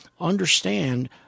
understand